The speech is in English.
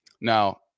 Now